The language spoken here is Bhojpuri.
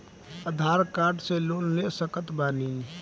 आधार कार्ड से लोन ले सकत बणी?